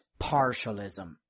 partialism